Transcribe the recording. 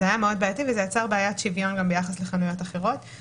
זה היה מאוד בעייתי וזה יצר בעיית שוויון גם ביחס לחנויות אחרות,